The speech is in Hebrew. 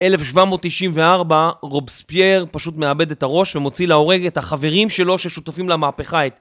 1794 רובספייר פשוט מאבד את הראש ומוציא להורג את החברים שלו ששותפים למהפכה